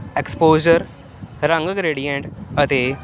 exposure ਰੰਗ gradient ਅਤੇ